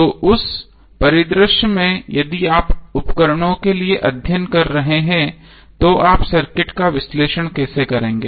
तो उस परिदृश्य में यदि आप उपकरणों के लिए अध्ययन कर रहे हैं तो आप सर्किट का विश्लेषण कैसे करेंगे